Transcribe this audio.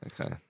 Okay